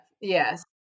Yes